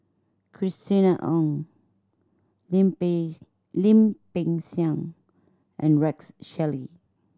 Christina Ong Lim Peng Lim Peng Siang and Rex Shelley